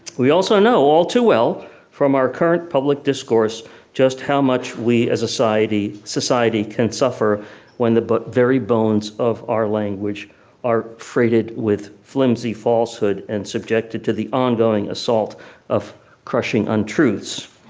we also know all too well from our current public discourse just how much we as a society can suffer when the but very bones of our language are freighted with fluency falsehood and subjected to the ongoing assault of crushing untruths.